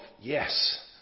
yes